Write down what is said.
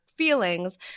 feelings